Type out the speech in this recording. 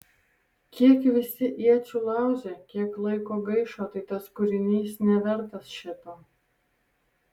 kiek visi iečių laužė kiek laiko gaišo tai tas kūrinys nevertas šito